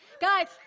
guys